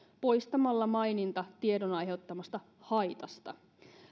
poistamalla maininta tiedon aiheuttamasta haitasta